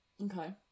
Okay